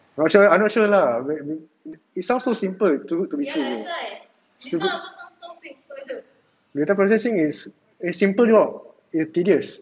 I not sure I not sure lah it sound so simple to be true data processing it's is simple job it's tedious